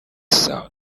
soudan